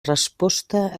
resposta